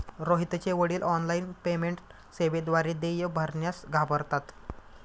रोहितचे वडील online payment सेवेद्वारे देय भरण्यास घाबरतात